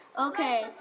Okay